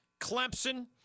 Clemson